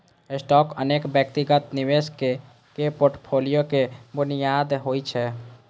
stock अनेक व्यक्तिगत निवेशक के फोर्टफोलियो के बुनियाद होइ छै